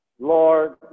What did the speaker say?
Lord